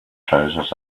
trousers